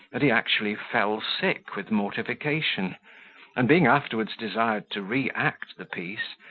that he actually fell sick with mortification and being afterwards desired to re-act the piece,